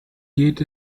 geht